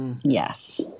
Yes